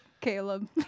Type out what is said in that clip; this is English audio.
Caleb